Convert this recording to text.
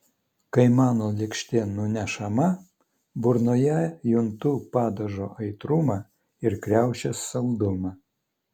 kai mano lėkštė nunešama burnoje juntu padažo aitrumą ir kriaušės saldumą